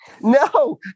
No